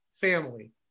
Family